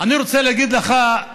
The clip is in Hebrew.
אני רוצה להגיד לך,